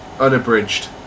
unabridged